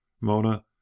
Mona